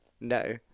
No